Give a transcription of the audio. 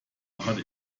hatte